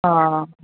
हा